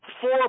four